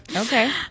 Okay